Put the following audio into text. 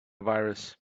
virus